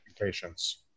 Patience